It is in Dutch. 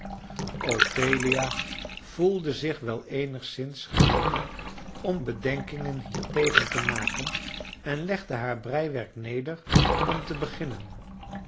ophelia voelde zich wel eenigszins genegen om bedenkingen hiertegen te maken en legde haar breiwerk neder om te beginnen